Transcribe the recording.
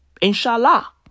inshallah